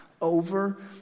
over